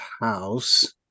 house